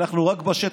אנחנו רק בשטח,